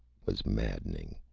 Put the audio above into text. was maddening.